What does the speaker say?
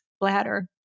bladder